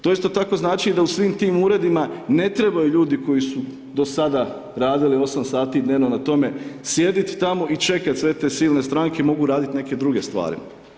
To isto tako znači da u svim tim Uredima ne trebaju ljudi koji su do sada radili 8 sati dnevno na tome, sjedit tamo i čekat sve te silne stranke, mogu radit neke druge stvari.